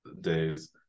days